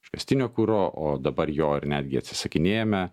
iškastinio kuro o dabar jo ir netgi atsisakinėjame